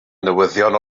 newyddion